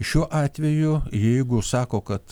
šiuo atveju jeigu sako kad